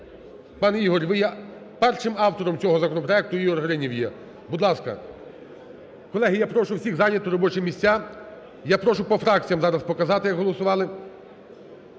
пане Ігор, ви є першим автором цього законопроекту, Ігор Гринів є, будь ласка. Колеги, я прошу всіх зайняти робочі місця, я прошу по фракціях зараз показати як голосували.